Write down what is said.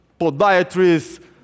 podiatrists